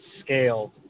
scaled